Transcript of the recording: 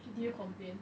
did you complain